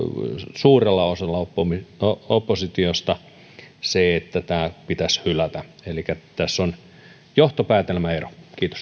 suurella osalla oppositiosta se että tämä pitäisi hylätä elikkä tässä on johtopäätelmäero